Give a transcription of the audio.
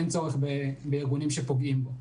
אין צורך בארגונים שפוגעים בו.